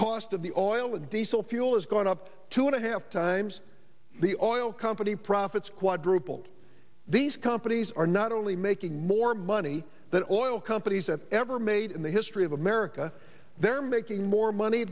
cost of the oil and diesel fuel is going up two and a half times the oil company profits quadrupled these companies are not only making more money than oil companies have ever made in the history of america they're making more money